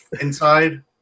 inside